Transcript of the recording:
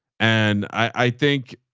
and i, i think,